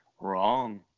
Wrong